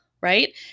Right